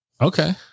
okay